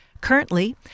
Currently